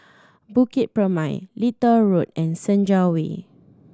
Bukit Purmei Little Road and Senja Way